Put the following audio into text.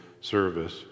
service